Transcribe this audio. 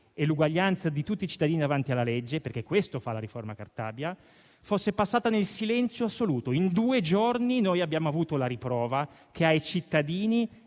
e l'uguaglianza di tutti i cittadini davanti alla legge (perché questo fa la riforma Cartabia) fosse approvata nel silenzio assoluto. In due giorni abbiamo avuto la riprova che in